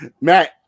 Matt